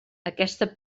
aquesta